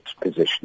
position